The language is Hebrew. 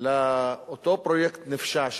לאותו פרויקט נפשע,